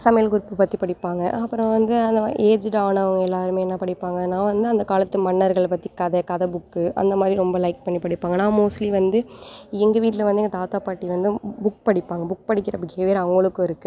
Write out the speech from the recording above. சமையல் குறிப்பு பற்றி படிப்பாங்க அப்புறம் வந்து அந்த ஏஜ்டு ஆனவங்க எல்லாருமே என்ன படிப்பாங்க நான் வந்து அந்த காலத்து மன்னர்களை பற்றி கதை கதை புக்கு அந்த மாதிரி ரொம்ப லைக் பண்ணி படிப்பங்க நான் மோஸ்ட்லி வந்து எங்கள் வீட்டில் வந்து எங்கள் தாத்தா பாட்டி வந்து புக் படிப்பாங்க புக் படிக்கிற பிஹேவியர் அவங்களும் இருக்கு